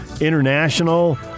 international